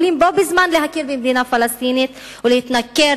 יכולים בו בזמן להכיר במדינה פלסטינית ולהתנכר